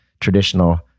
traditional